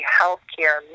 healthcare